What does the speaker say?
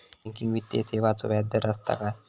Banking वित्तीय सेवाचो व्याजदर असता काय?